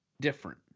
different